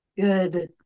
good